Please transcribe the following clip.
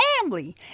family